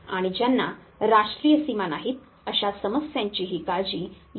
आणि ज्यांना राष्ट्रीय सीमा नाहीत अशा समस्यांचीही काळजी या विभागात घेतली जाते